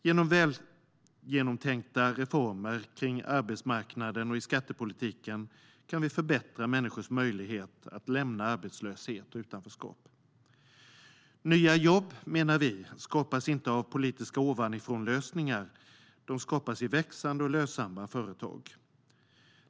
Med genomtänkta reformer kring arbetsmarknaden och i skattepolitiken kan vi förbättra människors möjlighet att lämna arbetslöshet och utanförskap. Nya jobb, menar vi, skapas inte av politiska ovanifrånlösningar. De skapas i växande och lönsamma företag.